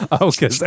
Okay